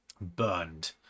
burned